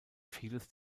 vieles